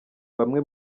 bamwe